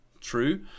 True